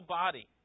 body